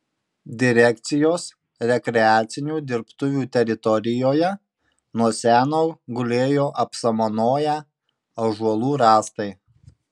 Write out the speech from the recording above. direkcijos rekreacinių dirbtuvių teritorijoje nuo seno gulėjo apsamanoję ąžuolų rąstai